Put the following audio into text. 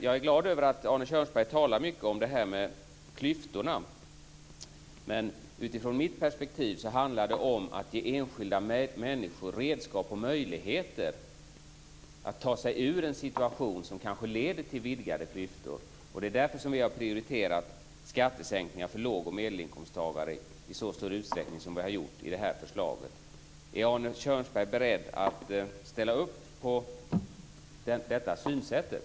Jag är glad över att Arne Kjörnsberg talar mycket om klyftorna, men utifrån mitt perspektiv handlar det om att ge enskilda människor redskap och möjligheter att ta sig ut ur en situation som kanske kan leda till vidgade klyftor. Det är därför som vi har prioriterat skattesänkningar för låg och medelinkomsttagare i så stor utsträckning som vi har gjort i det här förslaget. Är Arne Kjörnsberg beredd att ställa sig bakom detta synsätt?